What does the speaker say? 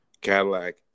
Cadillac